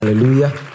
Hallelujah